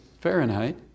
Fahrenheit